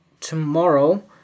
tomorrow